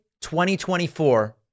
2024